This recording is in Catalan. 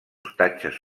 ostatges